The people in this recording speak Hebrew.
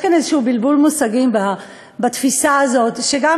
יש כאן איזשהו בלבול מושגים בתפיסה הזאת שגם